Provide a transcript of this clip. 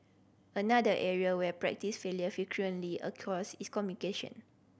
another area where practice failure frequently occurs is communication